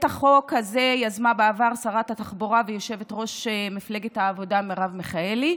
את החוק הזה יזמה בעבר שרת התחבורה ויושבת-ראש מפלגת העבודה מרב מיכאלי.